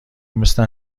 مثل